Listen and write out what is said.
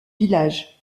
village